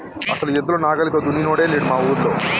అసలు ఎద్దుల నాగలితో దున్నినోడే లేడు మా ఊరిలో